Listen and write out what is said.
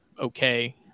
Okay